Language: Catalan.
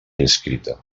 inscrita